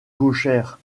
gauchère